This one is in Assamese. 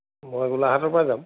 মই গোলাঘাটৰ পৰা যাম